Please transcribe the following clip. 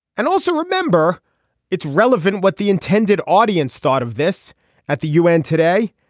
and also remember it's relevant what the intended audience thought of this at the u n. today.